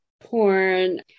porn